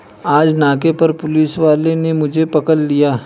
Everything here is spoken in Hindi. आज नाके पर पुलिस वाले ने मुझे पकड़ लिया